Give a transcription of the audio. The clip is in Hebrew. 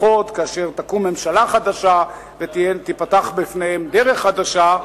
לפחות כאשר תקום ממשלה חדשה ותיפתח בפניהם דרך חדשה,